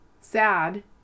sad